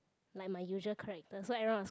like my usual character so everyone was